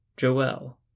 Joel